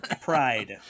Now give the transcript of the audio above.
pride